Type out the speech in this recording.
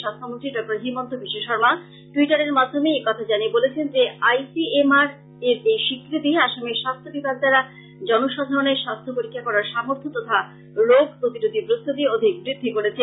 স্বাস্থ্যমন্ত্রী Dr Himanta Biswa Sarma Twitter এর মাধ্যমে একথা জানিয়ে বলেছেন যে আই সি এম আর এর এই স্বীকৃতি আসামে স্বাস্থ্য বিভাগ দ্বারা জনসাধারনের স্বাস্থ্য পরীক্ষা করার সামর্থ তথা রোগ প্রতিরোধী প্রস্তুতি অধিক বৃদ্ধি করেছে